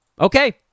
Okay